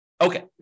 Okay